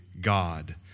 God